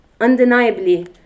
Undeniably